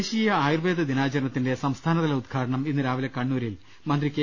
ദേശീയ ആയുർവ്വേദ ദിനാചരണത്തിന്റെ സംസ്ഥാനതല ഉദ്ഘാടനം ഇന്ന് രാവിലെ കണ്ണൂരിൽ മന്ത്രി കെ